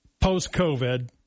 post-COVID